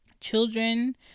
Children